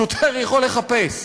שוטר יכול לחפש.